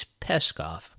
Peskov